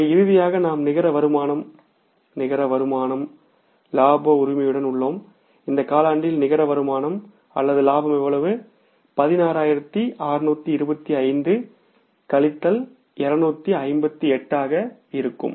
எனவே இறுதியாக நாம் நிகர வருமானம் நிகர வருமானம் இலாப உரிமையுடன் உள்ளோம் இந்த காலாண்டில் நிகர வருமானம் லாபம் எவ்வளவு 16625 கழித்தல் 258 ஆக இருக்கும்